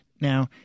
Now